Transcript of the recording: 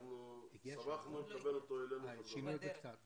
שמחנו לקבל אלינו את החוק הזה.